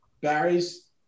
Barry's